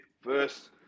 first